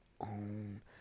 own